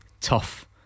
tough